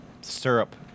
syrup